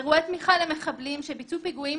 אירועי תמיכה למחבלים שביצעו פיגועים